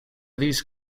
these